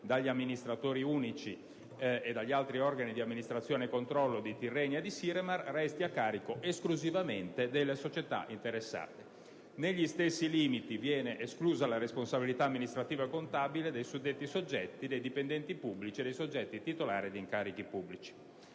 dagli amministratori unici e dagli altri organi di amministrazione e controllo di Tirrenia e di Siremar resti a carico esclusivamente delle società interessate. Negli stessi limiti viene esclusa la responsabilità amministrativo-contabile dei suddetti soggetti, dei dipendenti pubblici e dei soggetti titolari di incarichi pubblici.